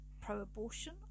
pro-abortion